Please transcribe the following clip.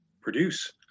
produce